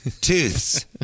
tooths